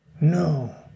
No